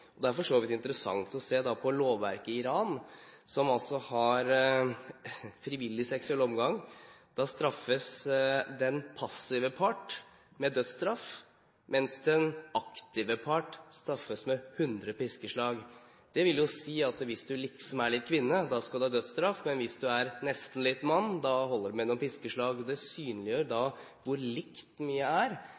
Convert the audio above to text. Det er for så vidt interessant å se på lovverket i Iran, som har frivillig seksuell omgang. Da straffes den passive part med dødsstraff, mens den aktive part straffes med 100 piskeslag. Det vil si at hvis man liksom er litt kvinne, skal man ha dødsstraff, men hvis man nesten er litt mann, holder det med noen piskeslag. Det synliggjør hvor likt mye er